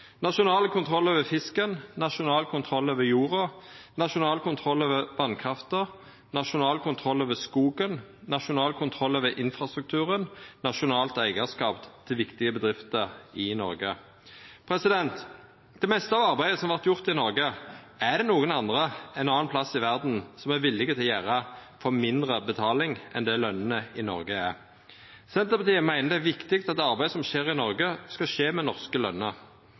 nasjonal kontroll over fisken, nasjonal kontroll over jorda, nasjonal kontroll over vasskrafta, nasjonal kontroll over skogen, nasjonal kontroll over infrastrukturen, nasjonalt eigarskap til viktige bedrifter i Noreg. Det meste av arbeidet som vert gjort i Noreg, er det nokre andre ein annan plass i verda som er villig til å gjera for mindre betaling enn det lønene i Noreg er. Senterpartiet meiner det er viktig at arbeid som skjer i Noreg, skal skje med norske